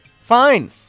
Fine